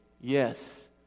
yes